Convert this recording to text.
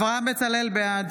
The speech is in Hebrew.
בעד